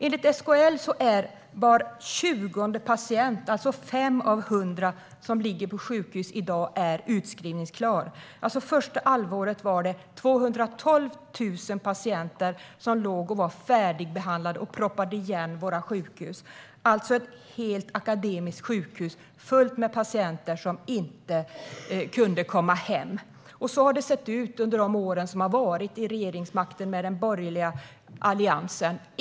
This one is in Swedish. Enligt SKL är var tjugonde patient, alltså fem av hundra, som ligger på sjukhus i dag utskrivningsklara. Det första halvåret var det 212 000 patienter som var färdigbehandlade och som proppade igen våra sjukhus, alltså ett helt akademiskt sjukhus fullt med patienter som inte kunde komma hem. Så har det sett ut under åren med den borgerliga alliansen vid regeringsmakten.